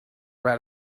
write